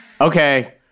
Okay